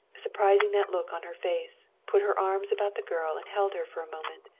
surprising that look on her face, put her arms about the girl and held her for a moment.